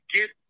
Get